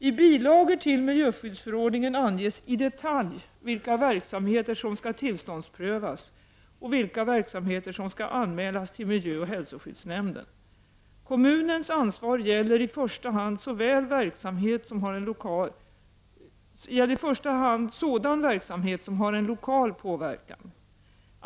I bilagor till miljöskyddsförordningen anges i detalj vilka verksamheter som skall tillståndsprövas och vilka verksamheter som skall anmälas till miljöoch hälsoskyddsnämnden. Kommunens ansvar gäller i första hand sådan verksamhet som har en lokal påverkan.